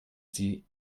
sie